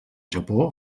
japó